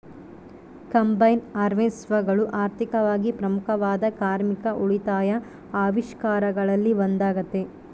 combine ಹಾರ್ವೆಸ್ಟರ್ಗಳು ಆರ್ಥಿಕವಾಗಿ ಪ್ರಮುಖವಾದ ಕಾರ್ಮಿಕ ಉಳಿತಾಯ ಆವಿಷ್ಕಾರಗಳಲ್ಲಿ ಒಂದಾಗತೆ